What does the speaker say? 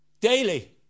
Daily